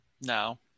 No